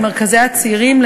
למרכזי הצעירים,